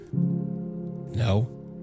No